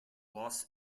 los